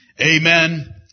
Amen